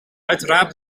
uiteraard